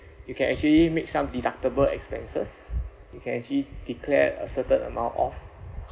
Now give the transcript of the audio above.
you can actually make some deductible expenses you can actually declare a certain amount off